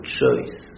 choice